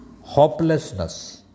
Hopelessness